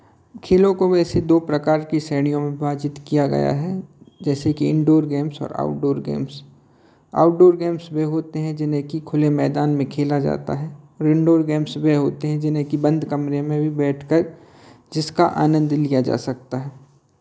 खेलों को वैसे दो प्रकार की श्रेणियों में विभाजित किया गया है जैसे कि इंडोर गेम्स और आउटडोर गेम्स आउटडोर गेम्स वे होते हैं जिन्हें कि खुले मैदान में खेला जाता है इंडोर गेम्स वे होते हैं जिन्हें कि बंद कमरे में भी बैठ कर जिसका आनंद लिया जा सकता है